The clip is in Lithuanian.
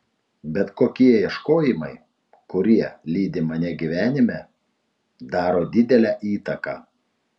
bet kokie ieškojimai kurie lydi mane gyvenime daro didelę įtaką